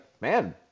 man